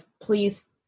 please